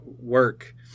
work